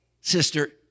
sister